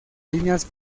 líneas